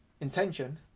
intention